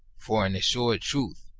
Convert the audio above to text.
for an assured truth,